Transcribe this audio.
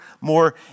more